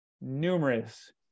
numerous